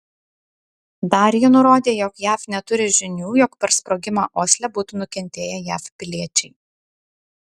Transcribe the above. dar ji nurodė jog jav neturi žinių jog per sprogimą osle būtų nukentėję jav piliečiai